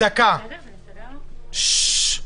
לפני מספר דקות גילינו שיש הצעה